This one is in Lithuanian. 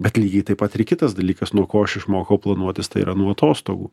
bet lygiai taip pat ir kitas dalykas nuo ko aš išmokau planuotis tai yra nuo atostogų